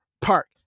Park